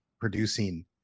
producing